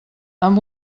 amb